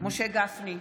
משה גפני,